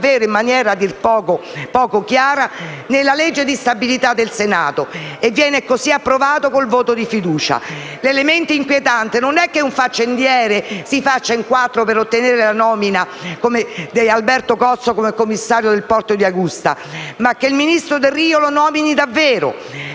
legge di stabilità al Senato e viene così approvato col voto di fiducia. L'elemento inquietante non è che un faccendiere si faccia in quattro per ottenere la nomina di Alberto Cozzo come commissario del porto di Augusta, ma che il ministro Delrio lo nomini davvero.